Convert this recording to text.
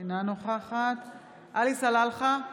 אינה נוכחת עלי סלאלחה,